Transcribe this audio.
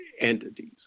entities